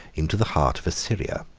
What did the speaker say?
into the heart of assyria.